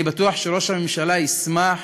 אני בטוח שראש הממשלה ישמח